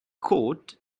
cord